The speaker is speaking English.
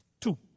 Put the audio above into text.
Two